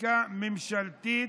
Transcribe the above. לחקיקה ממשלתית,